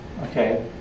Okay